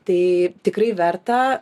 tai tikrai verta